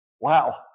Wow